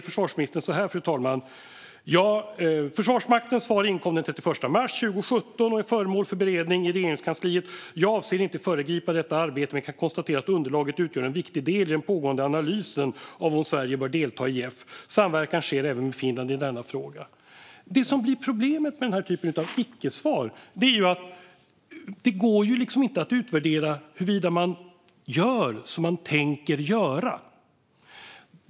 Försvarsministern skrev: "Försvarsmaktens svar inkom den 31 mars 2017 och är föremål för beredning i Regeringskansliet. Jag avser inte föregripa detta arbete men kan konstatera att underlaget utgör en viktig del i den pågående analysen av om Sverige bör delta i JEF. Samverkan sker även med Finland i denna fråga." Det som blir problemet med den här typen av icke-svar är att det ju inte går att utvärdera huruvida man gör som man hade tänkt göra.